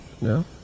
No